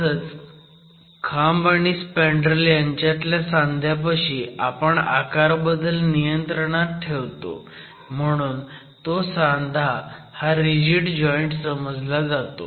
तसंच खांब आणि स्पँडरेल यांच्यातल्या सांध्यापाशी आपण आकारबदल नियंत्रणात ठेवतो म्हणून तो सांधा हा रिजिड जॉईंट समजला जातो